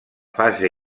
fase